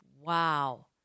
Wow